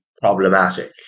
problematic